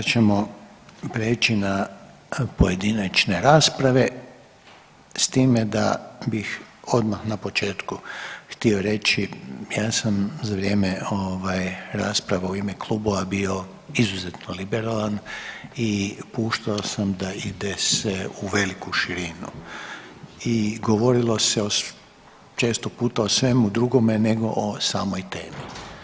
Sada ćemo preći na pojedinačne rasprave s time da bih odmah na početku htio reći ja sam za vrijeme ovaj rasprava u ime klubova bio izuzetno liberalan i puštao sam da ide se u veliku širinu i govorilo se često puta o svemu drugome nego o samoj temi.